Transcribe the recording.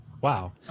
Wow